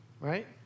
right